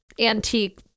antique